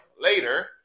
later